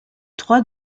trois